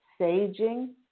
Saging